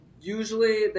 Usually